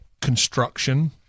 construction